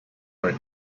are